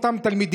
אל אותם תלמידים.